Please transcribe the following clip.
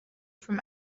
from